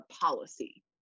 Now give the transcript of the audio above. policy